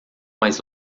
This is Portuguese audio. mais